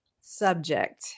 subject